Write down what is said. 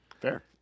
Fair